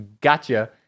Gotcha